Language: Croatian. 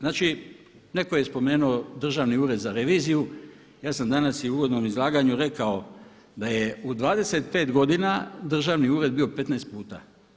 Neko je spomenuo Državni ured za reviziju, ja sam i u uvodnom izlaganju rekao da je u 25 godina Državni ured bio 15 puta.